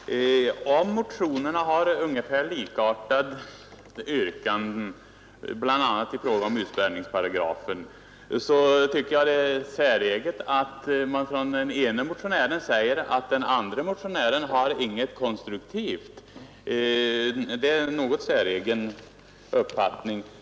Herr talman! Om motionerna har ungefär likartade yrkanden, bl.a. i fråga om utspärrningsparagrafen, tycker jag det är säreget när den ene motionären säger att den andre motionären inte har något konstruktivt förslag.